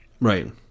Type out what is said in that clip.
Right